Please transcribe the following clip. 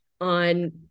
on